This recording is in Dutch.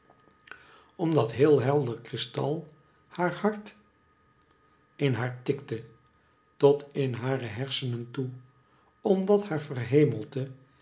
omdat heel helder kristal haar hart in haar tikte tot in hare hersenen toe omdat haar verhemelte